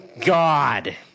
God